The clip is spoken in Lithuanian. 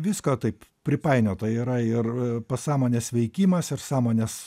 visko taip pripainiota yra ir pasąmonės veikimas ir sąmonės